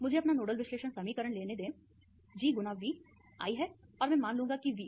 मुझे अपना नोडल विश्लेषण समीकरण लेने दें G गुना V I है और मैं मान लूंगा कि V